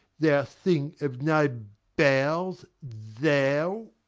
thou thing of no bowels, thou!